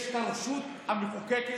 יש את הרשות המחוקקת,